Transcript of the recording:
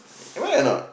am I right or not